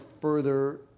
further